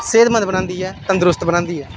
सेह्तमंद बनांदी ऐ तंदरुरत बनांदी ऐ